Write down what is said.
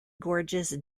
gorges